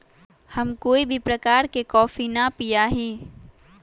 हम कोई भी प्रकार के कॉफी ना पीया ही